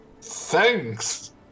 Thanks